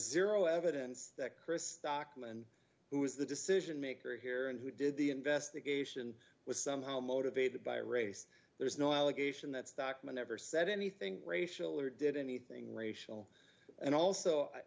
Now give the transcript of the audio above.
zero evidence that chris stockman who is the decision maker here and who did the investigation was somehow motivated by race there's no allegation that stockman ever said anything racial or did anything racial and also i